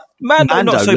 Mando